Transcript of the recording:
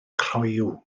croyw